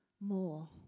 more